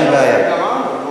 אין בעיה.